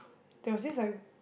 there was this like